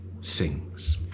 sings